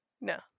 No